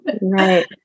Right